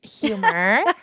humor